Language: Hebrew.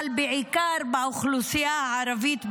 אבל בעיקר באוכלוסייה הערבית,